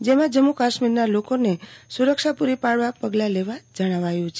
જેમાં જમ્મુ કાશ્મિરના લોકોને સુરક્ષા પુરી પાડવા પગલા લેવા જણાવાયુ છે